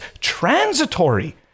transitory